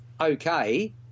okay